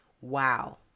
wow